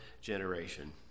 generation